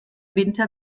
winter